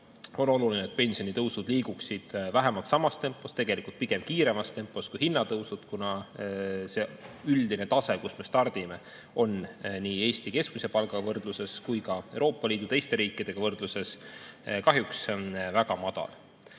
on oluline, et pensionitõusud liiguksid vähemalt samas tempos või pigem kiiremas tempos kui hinnatõusud, kuna üldine tase, kust me stardime, on nii Eesti keskmise palga võrdluses kui ka Euroopa Liidu teiste riikidega võrdluses kahjuks väga madal.